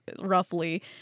roughly